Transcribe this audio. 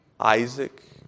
Isaac